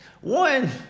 One